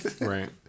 right